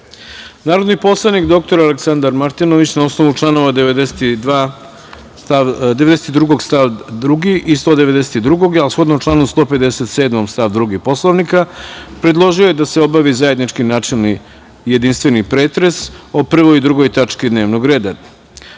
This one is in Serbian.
Vlada. Narodni poslanik, dr Aleksandar Martinović, na osnovu čl. 92. stav 2. i 192, a shodno članu 157. stav 2. Poslovnika, predložio je da se obavi zajednički načelni i jedinstveni pretres o 1. i 2. tački dnevnog reda. Da